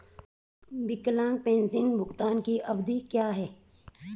विकलांग पेंशन भुगतान की अवधि क्या है?